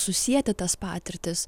susieti tas patirtis